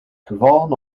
gevallen